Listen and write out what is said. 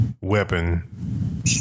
weapon